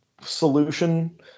solution